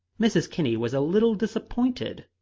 mrs. kinney was a little disappointed.